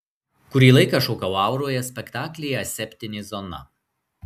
kurį laiką šokau auroje spektaklyje aseptinė zona